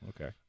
okay